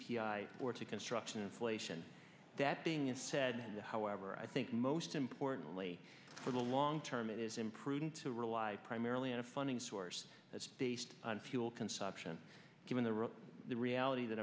i or to construction inflation that being said however i think most importantly for the long term it is imprudent to rely primarily on a funding source that's based on fuel consumption given the real the reality that